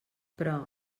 però